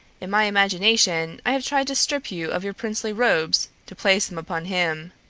in my imagination i have tried to strip you of your princely robes to place them upon him.